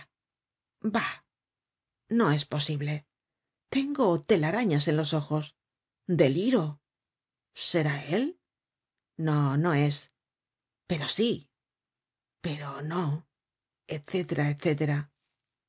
no es posible tengo telarañas en los ojos deliro será él no no es pero sí pero no